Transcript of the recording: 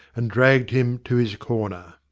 and dragged him to his corner.